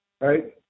right